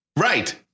Right